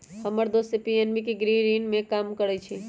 हम्मर दोस पी.एन.बी के गृह ऋण में काम करइ छई